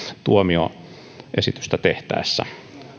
tuomioesitystä tehtäessä